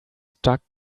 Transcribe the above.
stuck